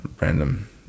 random